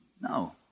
No